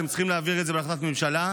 אתם צריכים להעביר את זה בהחלטת ממשלה.